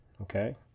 okay